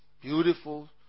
beautiful